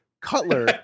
Cutler